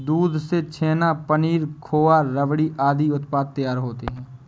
दूध से छेना, पनीर, खोआ, रबड़ी आदि उत्पाद तैयार होते हैं